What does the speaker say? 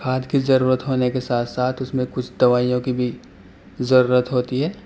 کھاد کی ضرورت کے ساتھ ساتھ اس میں کچھ دوائیوں کی بھی ضرورت ہوتی ہے